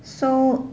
so